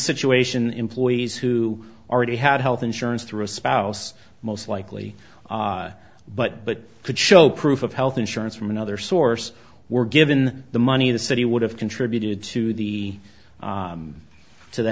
situation employees who already had health insurance through a spouse most likely but but could show proof of health insurance from another source were given the money the city would have contributed to the to the